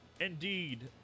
Indeed